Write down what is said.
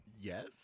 yes